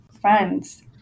friends